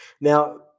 Now